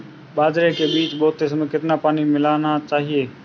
बाजरे के बीज बोते समय कितना पानी मिलाना चाहिए?